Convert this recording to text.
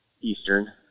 Eastern